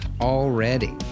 already